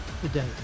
today